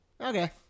Okay